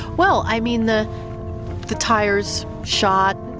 well, i mean the the tires shot,